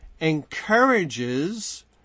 encourages